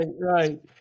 right